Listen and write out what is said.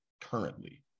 currently